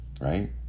right